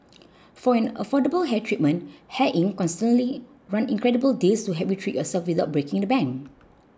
for an affordable hair treatment Hair Inc constantly run incredible deals to help you treat yourself without breaking the bank